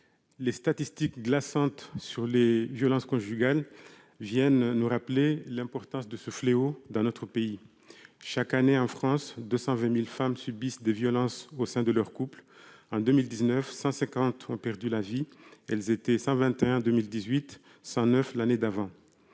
les statistiques glaçantes sur les violences conjugales viennent nous rappeler l'importance de ce fléau dans notre pays. Chaque année, en France, 220 000 femmes subissent des violences au sein de leur couple. En 2019, ce sont 150 d'entre elles qui ont perdu la vie ; elles étaient 121 en 2018 et 109 l'année d'avant.